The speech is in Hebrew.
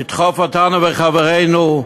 לדחוף אותנו ואת חברינו,